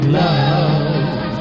love